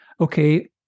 okay